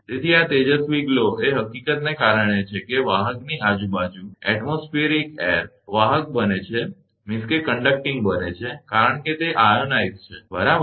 તેથી આ તેજસ્વી ગ્લો એ હકીકતને કારણે છે કે વાહકની આજુબાજુની વાતાવરણીય હવા વાહક બને છે કારણ કે તે આયનોઇઝ છેબરાબર